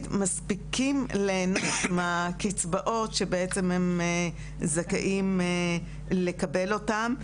מספיקים ליהנות מהקצבאות שבעצם הם זכאים לקבל אותם.